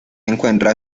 encuentra